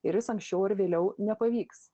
ir jis anksčiau ar vėliau nepavyks